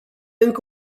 încă